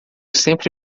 sempre